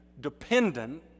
dependent